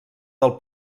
del